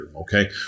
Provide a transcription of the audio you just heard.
okay